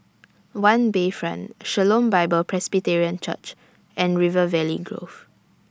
O U E Bayfront Shalom Bible Presbyterian Church and River Valley Grove